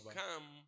come